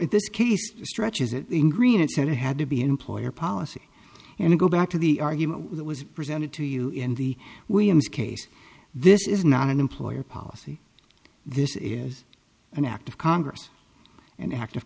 case stretches it in green it said it had to be employer policy and go back to the argument that was presented to you in the williams case this is not an employer policy this is an act of congress an act of